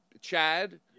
Chad